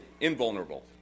invulnerable